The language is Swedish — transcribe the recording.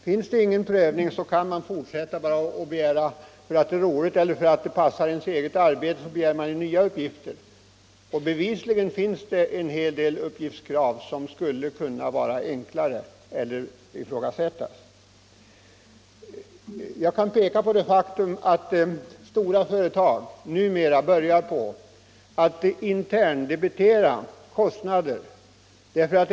Finns det ingen prövning kan man fortsätta begära uppgifter bara för att det är intressant eller för att det passar ens eget arbete. Bevisligen finns det en hel del uppgiftskrav som skulle kunna vara enklare eller ifrågasättas. Jag kan peka på det faktum att större företag numera börjat interndebitera kostnader.